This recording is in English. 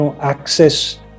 access